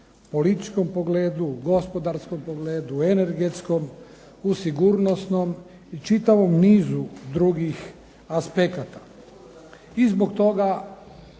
u političkom pogledu, u gospodarskom pogledu, energetskom, u sigurnosnom, i čitavom nizu drugih aspekata. I zbog toga